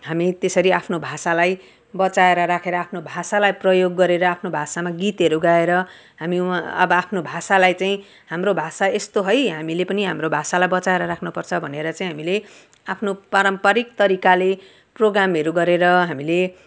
हामी त्यसरी आफ्नो भाषालाई बचाएर राखेर आफ्नो भाषालाई प्रयोग गरेर आफ्नो भाषामा गीतहरू गाएर हामी उहाँ अब आफ्नो भाषालाई चाहिँ हाम्रो भाषा यस्तो है हामीले पनि हाम्रो भाषालाई बचाएर राख्न पर्छ भनेर चाहिँ हामीले आफ्नो पारम्पारिक तरिकाले प्रोग्रामहरू गरेर हामीले